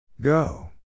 Go